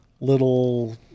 little